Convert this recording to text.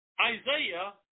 Isaiah